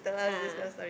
a'ah ah